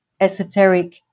esoteric